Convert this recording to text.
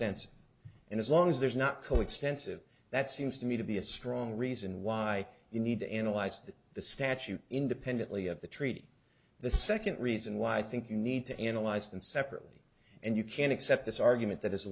tensive and as long as there's not coextensive that seems to me to be a strong reason why you need to analyze the statute independently of the treaty the second reason why i think you need to analyze them separately and you can accept this argument that as